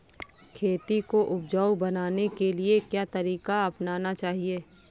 खेती को उपजाऊ बनाने के लिए क्या तरीका अपनाना चाहिए?